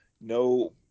no